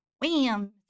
wham